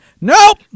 Nope